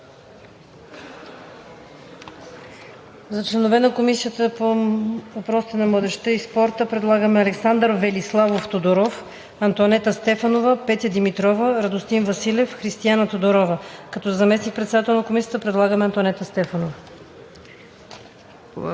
За членове на Комисията по въпросите на децата, младежта и спорта предлагаме: Александър Велиславов Тодоров, Антоанета Стефанова, Петя Димитрова, Радостин Василев, Християна Тодорова. Като заместник-председател на Комисията предлагаме Антоанета Стефанова.